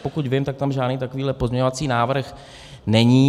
Pokud vím, tak tam žádný takový pozměňovací návrh není.